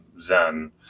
Zen